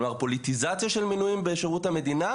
כלומר פוליטיזציה של מינויים בשירות המדינה,